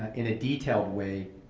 in a detailed way,